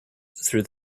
through